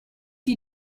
you